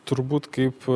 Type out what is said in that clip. turbūt kaip